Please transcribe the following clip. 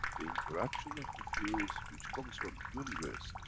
the interaction of the fields which comes from the universe,